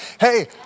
hey